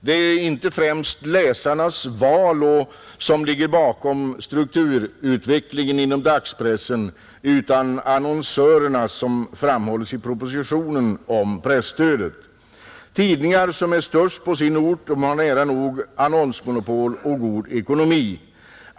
Det är inte främst läsarnas val som ligger bakom strukturutvecklingen inom dagspressen utan annonsörernas, som framhålles i propositionen om presstödet. Tidningar som är störst på sin ort har nära nog annonsmonopol och god ekonomi.